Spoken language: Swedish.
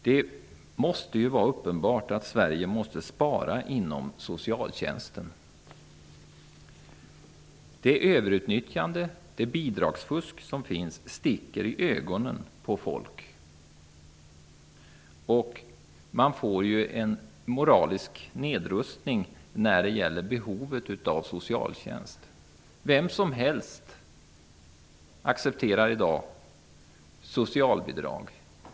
Det torde vara uppenbart att Sverige måste spara inom socialtjänsten. Det överutnyttjande och det bidragsfusk som förekommer sticker i ögonen på folk. Man får en moralisk nedrustning när det gäller behovet av socialtjänst. Vem som helst accepterar i dag socialbidrag.